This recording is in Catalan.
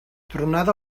tronada